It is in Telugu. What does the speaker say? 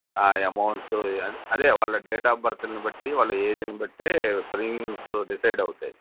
ఆ ఎమౌంట్సు అదే వాళ్ళ డేట్ అఫ్ బర్త్లని బట్టి వాళ్ళ ఏజును బట్టే ప్రీమియమ్సు డిసైడ్ అవుతయి